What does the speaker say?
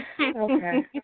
Okay